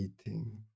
eating